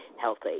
healthy